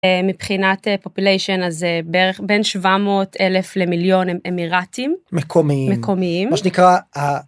מבחינת פופוליישן, אז בערך בין 700 אלף למיליון אמירטים מקומיים מקומיים.